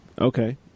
Okay